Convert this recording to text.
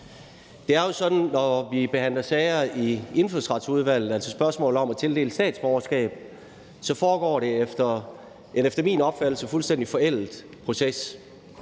Det er jo sådan, at når vi behandler sager i Indfødsretsudvalget, altså spørgsmålet om at tildele statsborgerskab, er det efter min opfattelse en fuldstændig forældet proces.